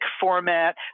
format